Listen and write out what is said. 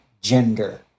gender